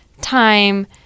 time